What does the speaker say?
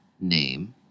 name